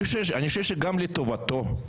אני חושב שגם לטובתו,